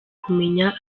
kumenya